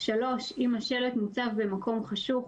(3)אם השלט מוצב במקום חשוך,